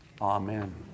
Amen